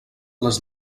les